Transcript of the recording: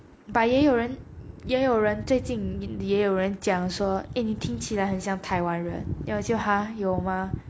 but 也有人也有人最近也有人讲说 a 你听起来很像台湾人 then 我就 ha 有吗